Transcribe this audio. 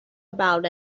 about